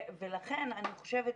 ולכן אני חושבת,